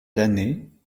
damnée